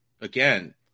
again